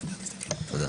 תודה.